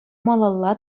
малалла